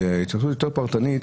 בהתייחסות יותר פרטנית,